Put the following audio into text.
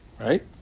right